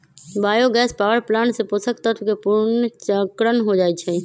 bio gas power plant से पोषक तत्वके पुनर्चक्रण हो जाइ छइ